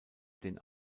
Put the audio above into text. den